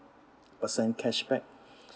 percent cashback